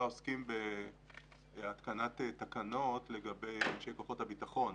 עוסקים בהתקנת תקנות לגבי אנשי כוחות הביטחון,